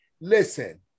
Listen